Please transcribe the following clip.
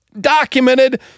documented